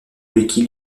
lucky